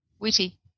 Witty